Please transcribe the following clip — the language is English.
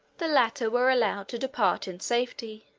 the latter were allowed to depart in safety.